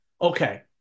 okay